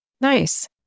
Nice